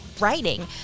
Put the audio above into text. writing